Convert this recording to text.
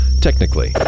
technically